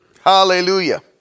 Hallelujah